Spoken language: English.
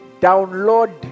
download